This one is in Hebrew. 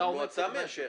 המועצה מאשרת.